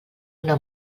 una